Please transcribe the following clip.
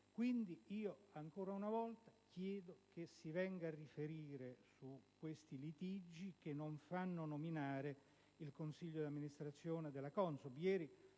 dell'ACEA. Ancora una volta chiedo che si venga a riferire su questi litigi che non fanno nominare il consiglio di amministrazione della CONSOB.